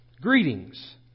Greetings